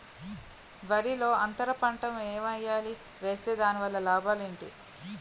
వరిలో అంతర పంట ఎం వేయాలి? వేస్తే దాని వల్ల లాభాలు ఏంటి?